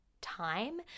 Time